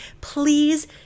Please